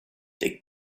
they